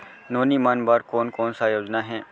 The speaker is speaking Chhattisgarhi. नोनी मन बर कोन कोन स योजना हे?